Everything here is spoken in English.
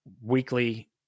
weekly